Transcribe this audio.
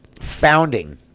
founding